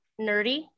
nerdy